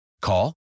Call